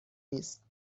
نیست